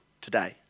today